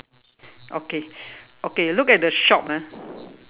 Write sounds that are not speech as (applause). okay okay look at the shop ah (breath)